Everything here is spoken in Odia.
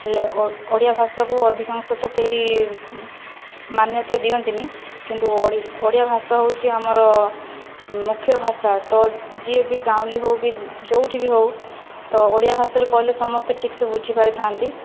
ହେଲେ ଓଡ଼ିଆ ଭାଷାକୁ ଅଧିକାଂଶ ତ କେହି ମାନ୍ୟତା ଦିଅନ୍ତିନାହିଁ କିନ୍ତୁ ଓଡ଼ିଆ ଭାଷା ହେଉଛି ଆମର ମୁଖ୍ୟ ଭାଷା ତ ଯିଏବି ଗାଉଁଲି ହେଉ କି ଯେଉଁଠି ବି ହଉ ତ ଓଡ଼ିଆ ଭାଷାରେ କହିଲେ ସମସ୍ତେ ଠିକସେ ବୁଝିପାରିଥା'ନ୍ତି